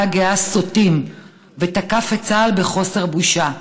הגאה "סוטים" ותקף את צה"ל בחוסר בושה.